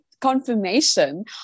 confirmation